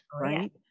right